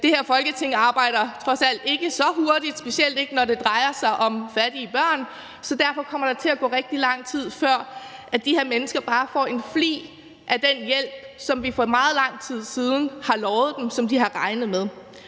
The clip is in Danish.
det her Folketing trods alt ikke arbejder så hurtigt, specielt ikke når det drejer sig om fattige børn, så derfor kommer der til at gå rigtig lang tid, før de her mennesker bare får en flig af den hjælp, som vi for meget lang tid siden har lovet dem, og som de har regnet med.